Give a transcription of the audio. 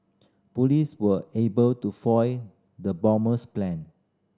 police were able to foil the bomber's plan